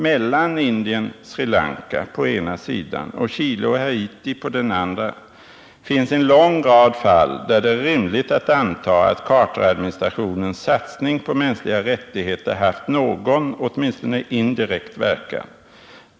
”Mellan Indien — Sri Lanka på ena sidan och Chile och Haiti på den andra finns en lång rad fall där det är rimligt att anta att Carteradministrationens satsning på mänskliga rättigheter haft någon, åtminstone indirekt, verkan.